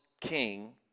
king